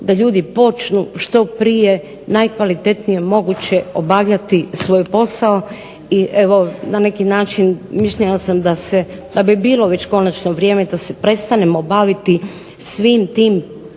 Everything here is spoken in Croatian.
da ljudi počnu što prije najkvalitetnije moguće obavljati svoj posao i evo na neki način mišljenja sam da bi bilo već konačno vrijeme da se prestanemo baviti svim tim prošlim